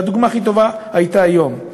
והדוגמה הכי טובה הייתה היום,